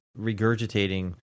regurgitating